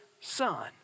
son